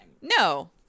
No